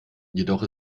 jedoch